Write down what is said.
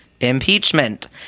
Impeachment